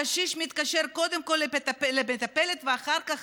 הקשיש מתקשר קודם כול למטפלת ואחר כך